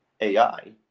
AI